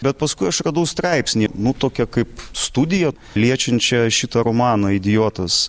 bet paskui aš radau straipsnį nu tokią kaip studiją liečiančią šitą romaną idiotas